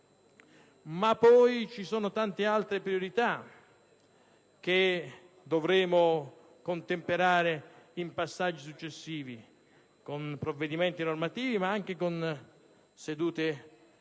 altre saranno le priorità che dovremo contemperare in passaggi successivi, con provvedimenti normativi ma anche con sedute apposite.